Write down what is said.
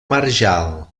marjal